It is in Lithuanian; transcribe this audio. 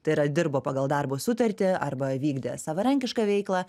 tai yra dirbo pagal darbo sutartį arba vykdė savarankišką veiklą